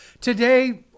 Today